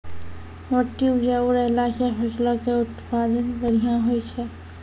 मट्टी उपजाऊ रहला से फसलो के उत्पादन बढ़िया होय छै